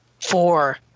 four